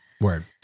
Word